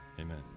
Amen